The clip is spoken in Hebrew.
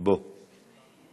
בואי.